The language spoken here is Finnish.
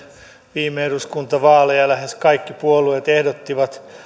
viime eduskuntavaaleja lähes kaikki puolueet ehdottivat